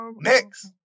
Next